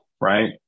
right